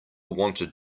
wanted